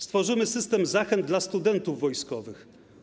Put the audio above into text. Stworzymy system zachęt dla studentów wojskowych.